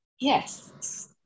Yes